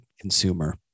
consumer